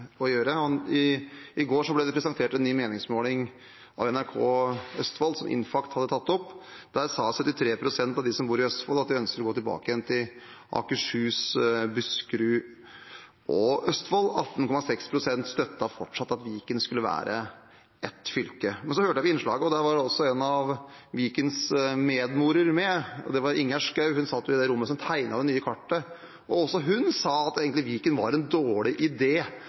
å gjøre. I går ble det presentert en ny meningsmåling av NRK Oslo og Viken, som Infact hadde tatt opp. Der sa 73 pst. av dem som bor i Østfold, at de ønsker å gå tilbake til Akershus, Buskerud og Østfold. 18,6 pst. støttet fortsatt at Viken skulle være ett fylke. Jeg hørte på innslaget, og der var en av Vikens «medmødre» med. Det var Ingjerd Schou, hun satt i rommet der man tegnet det nye kartet. Også hun sa at Viken egentlig var en dårlig